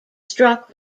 struck